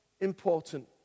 important